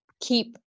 keep